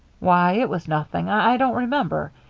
why, it was nothing. i don't remember.